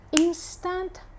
instant